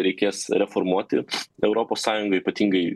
reikės reformuoti europos sąjungą ypatingai